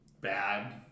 bad